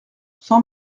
san